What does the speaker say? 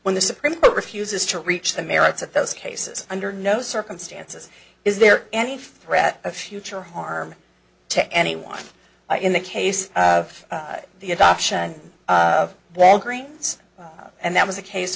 when the supreme court refuses to reach the merits of those cases under no circumstances is there any threat of future harm to anyone in the case of the adoption of the greens and that was a case